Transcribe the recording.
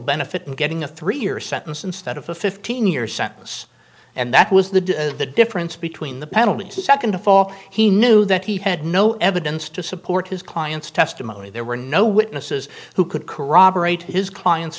benefit in getting a three year sentence instead of a fifteen year sentence and that was the the difference between the penalty to second of all he knew that he had no evidence to support his client's testimony there were no witnesses who could corroborate his client's